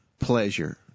pleasure